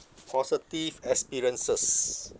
positive experiences